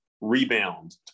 rebound